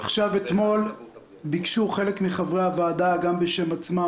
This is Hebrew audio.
אתמול ביקשו חלק מחברי הוועדה גם בשם עצמם